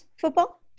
football